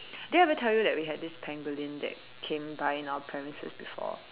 did I ever tell you that we had this pangolin that came by in our premises before